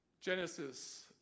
Genesis